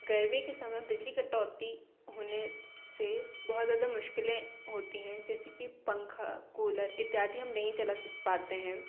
गर्मी के समय बिजली कटौती होने से बहुत ज़्यादा मुश्किलें होती हैं जैसे कि पंखा कूलर इत्यादि हम नहीं चला पाते हैं